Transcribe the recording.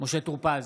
משה טור פז,